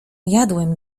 jadłem